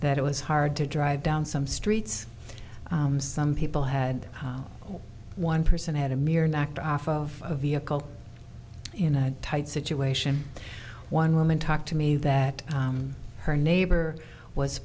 that it was hard to drive down some streets some people had one person had a mirror knocked off of a vehicle in a tight situation one woman talked to me that her neighbor was